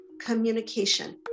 communication